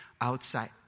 outside